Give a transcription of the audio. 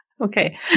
Okay